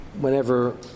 whenever